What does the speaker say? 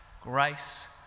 grace